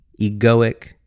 egoic